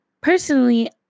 personally